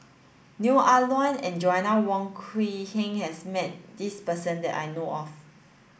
Neo Ah Luan and Joanna Wong Quee Heng has met this person that I know of